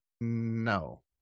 No